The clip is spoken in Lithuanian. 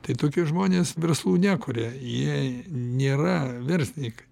tai tokie žmonės verslų nekuria jie nėra verslininkai